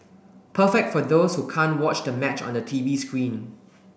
perfect for those who can't watch the match on the T V screen